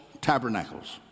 Tabernacles